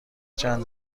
چند